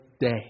day